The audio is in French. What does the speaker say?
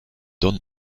don